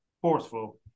forceful